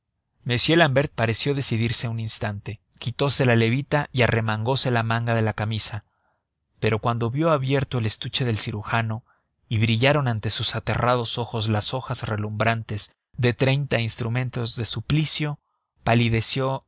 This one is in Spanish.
m l'ambert pareció decidirse un instante quitose la levita y arremangose la manga de la camisa pero cuando vio abierto el estuche del cirujano y brillaron ante sus aterrados ojos las hojas relumbrantes de treinta instrumentos de suplicio